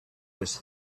was